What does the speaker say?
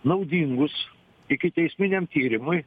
naudingus ikiteisminiam tyrimui